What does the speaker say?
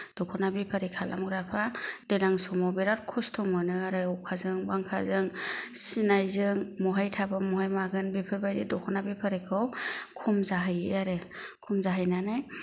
दख'ना बेफारि खालामग्राफ्रा दैज्लां समाव बिराद खस्थ' मोनो आरो अखाजों बांखाजों सिनायजों महाय थाबा महाय मागोन बेफोरबायदि दख'ना बेफारिखौ खम जाहैयो आरो खम जाहैनानै